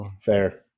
Fair